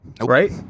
Right